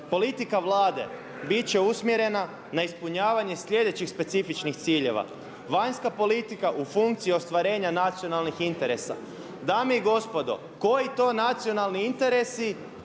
politika Vlade bit će usmjerena na ispunjavanje slijedećih specifičnih ciljeva, vanjska politika u funkciju ostvarenja nacionalnih interesa. Dame i gospodo koji to nacionalni interesi